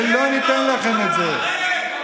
ולא ניתן לכם את זה.